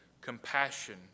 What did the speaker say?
compassion